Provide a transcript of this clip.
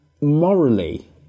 morally